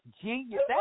genius